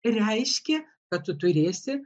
reiškia kad tu turėsi